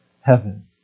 heaven